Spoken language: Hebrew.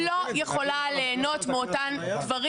לא יכולה להנות מאותם דברים